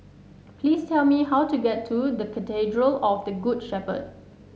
please tell me how to get to Cathedral of the Good Shepherd